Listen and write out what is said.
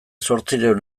zortziehun